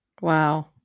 Wow